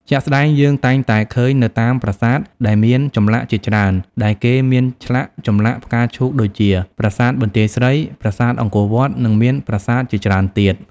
ជាក់ស្តែងយើងតែងតែឃើញនៅតាមប្រាសាទដែលមានចម្លាក់ជាច្រើនដែលគេមានឆ្លាក់ចម្លាក់ផ្កាឈូកដូចជា ប្រាសាទបន្ទាយស្រី ប្រាសាទអង្គរវត្ត និងមានប្រាសាទជាច្រើនទៀត។